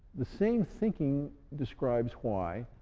the same thinking describes why